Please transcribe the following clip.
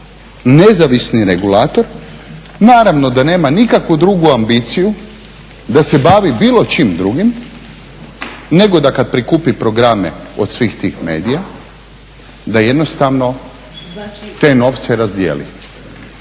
nezavisni regulator naravno da nema nikakvu drugu ambiciju da se bavi bilo čim drugim, nego da kad prikupi programe od svih tih medija da jednostavno te novce razdijeli